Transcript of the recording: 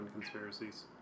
Conspiracies